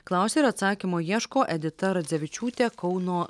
klausė ir atsakymo ieško edita radzevičiūtė kauno